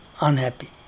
unhappy